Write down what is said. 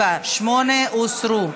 7 ו-8 הוסרו.